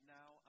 now